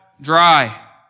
dry